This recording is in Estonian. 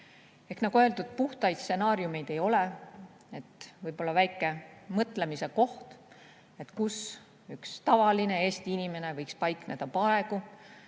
Nagu öeldud, puhtaid stsenaariume ei ole. Võib-olla väike mõtlemise koht, kus üks tavaline Eesti inimene võiks paikneda praegu,